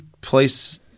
place